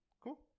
Cool